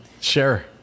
sure